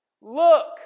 Look